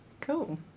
Cool